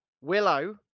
Willow